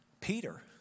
Peter